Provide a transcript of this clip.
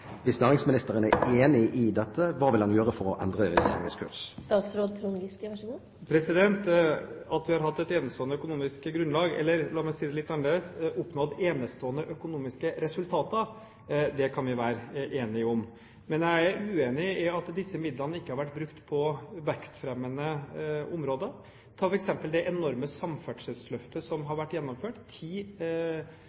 Hvis næringsministeren er enig i dette, hva vil han gjøre for å endre regjeringens kurs? Det at vi har hatt et enestående økonomisk grunnlag – eller la meg si det litt annerledes – oppnådd enestående økonomiske resultater, kan vi være enige om, men jeg er uenig i at disse midlene ikke har vært brukt på vekstfremmende områder. Ta f.eks. det enorme samferdselsløftet som